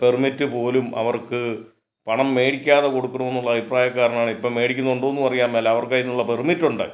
permit പോലും അവർക്ക് പണം മേടിക്കാതെ കൊടുക്കണംന്നുള്ള അഭിപ്രായക്കാരനാണ് ഇപ്പം മേടിക്കുന്നുണ്ടോന്നും അറിയാൻ മേല അവർക്ക് അതിനുള്ള പെർമിറ്റുണ്ട്